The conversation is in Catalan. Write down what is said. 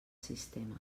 sistema